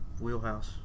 wheelhouse